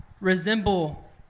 resemble